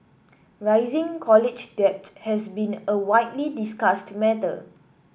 rising college debt has been a widely discussed matter